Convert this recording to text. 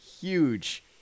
huge